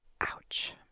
ouch